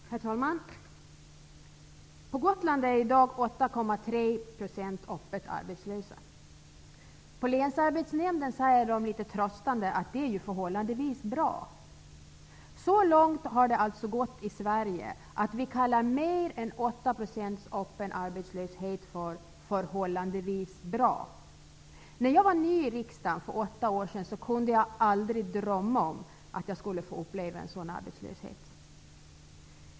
Herr talman! På Gotland är i dag 8,3 % av befolkningen öppet arbetslösa. På länsarbetsnämnden säger man litet tröstande att det är förhållandevis bra. Så långt har det alltså gått i Sverige att vi säger om mer än 8 % öppen arbetslöshet ''förhållandevis bra''. När jag var ny i riksdagen för åtta år sedan kunde jag aldrig drömma om att jag skulle få uppleva en sådan arbetslöshet.